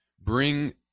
bring